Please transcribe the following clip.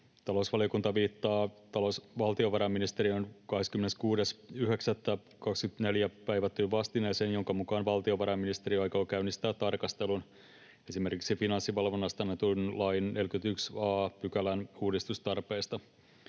Talousvaliokunta viittaa valtiovarainministeriön 26.9.2024 päivättyyn vastineeseen, jonka mukaan valtiovarainministeriö aikoo käynnistää tarkastelun esimerkiksi Finanssivalvonnasta annetun lain 41 a §:n uudistustarpeista.